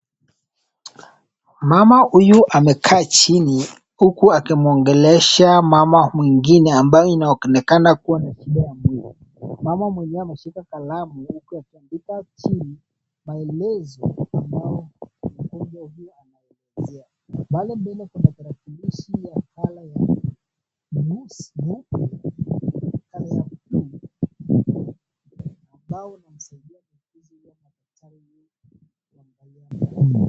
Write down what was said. Mama huyu amekaa chini huku akimwongelesha mama mwingine ambaye inaonekana kuwa na shida ya muguu. Mama mwenyewe ameshika kalamu huku akiandika chini maelezo ambayo mgonjwa huyu anaelezea. Pale mbele kuna tarakilishi ya color ya nyusi. nesi, ananakili ambao anamsaidia mgonjwa huyu na daktari huangalia.